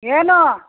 ಏನು